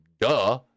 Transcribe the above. Duh